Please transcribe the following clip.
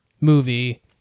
movie